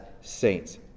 saints